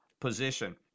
position